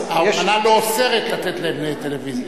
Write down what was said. האמנה לא אוסרת לתת להם טלוויזיה.